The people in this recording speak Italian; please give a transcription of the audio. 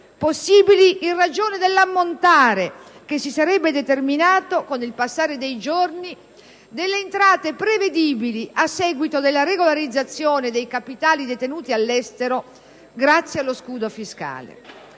possibili in ragione dell'ammontare, che si sarebbe determinato con il passare dei giorni, delle entrate prevedibili a seguito della regolarizzazione dei capitali detenuti all'estero grazie allo scudo fiscale.